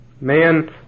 Man